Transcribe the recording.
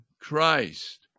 Christ